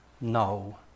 no